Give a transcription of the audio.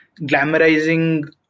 glamorizing